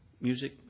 music